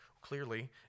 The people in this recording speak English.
Clearly